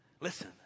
Listen